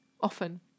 often